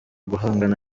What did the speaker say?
guhangana